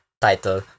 title